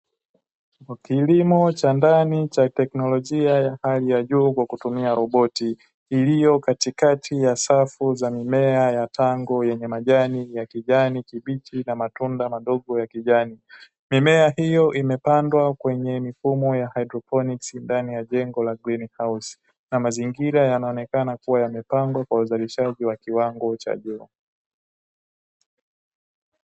Kilimo cha ndani cha teknolojia ya hali ya juu kwa kutumia roboti, iliyo katikati ya safu za mimea ya tango, yenye majani ya kijani kibichi na matunda madogo ya kijani. Mimea hiyo imepandwa kwenye mifumo ya haidroponi ndani ya jengo la "greenhouse". Na mazingira yanaonekana kuwa yamepangwa kwa uzalishaji wa kiwango cha juu.